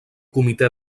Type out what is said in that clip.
comitè